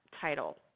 title